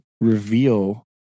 reveal